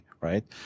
Right